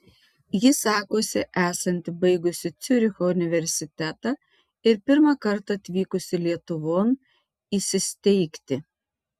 ji sakosi esanti baigusi ciuricho universitetą ir pirmąkart atvykusi lietuvon įsisteigti